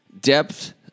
depth